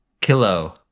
Kilo